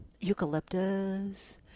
eucalyptus